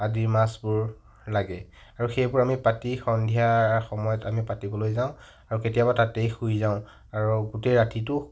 আদি মাছবোৰ লাগে আৰু সেইবোৰ আমি পাতি সন্ধিয়া সময়ত আমি পাতিবলৈ যাওঁ আৰু কেতিয়াবা তাতেই শুই যাওঁ আৰু গোটেই ৰাতিটো